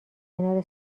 کنار